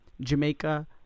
Jamaica